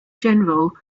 general